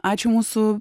ačiū mūsų